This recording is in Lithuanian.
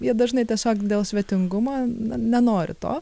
jie dažnai tiesiog dėl svetingumo na nenori to